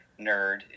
nerd